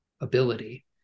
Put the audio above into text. ability